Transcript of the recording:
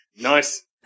Nice